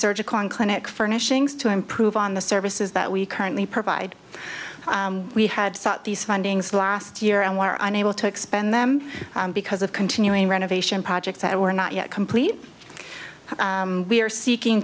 surgical and clinic furnishings to improve on the services that we currently provide we had sought these fundings last year and were unable to expand them because of continuing renovation projects that were not yet complete we are seeking